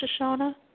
Shoshana